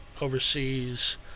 overseas